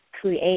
create